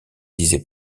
disait